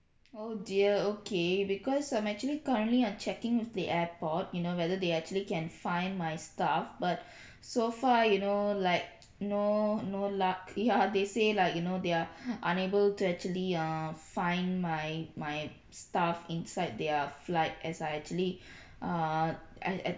oh dear okay because I'm actually currently uh checking with the airport you know whether they actually can find my stuff but so far you know like no no luck ya they say like you know they are unable to actually err find my my stuff inside their flight as I actually err I I